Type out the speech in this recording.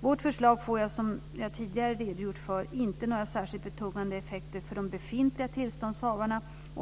Vårt förslag får, som jag tidigare redogjort för, inte några särskilt betungande effekter för de befintliga tillståndshavarna.